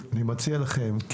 --- אני מציע לכם,